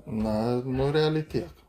na nu realiai tiek